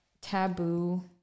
taboo